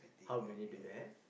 how many do you have